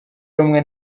rumwe